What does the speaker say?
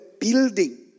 building